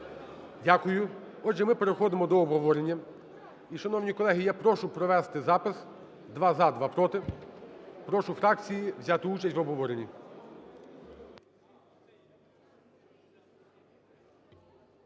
Дякую. Отже, ми переходимо до обговорення. І, шановні колеги, я прошу провести запис: два – за, два – проти. Прошу фракції взяти участь в обговоренні.